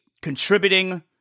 contributing